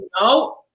No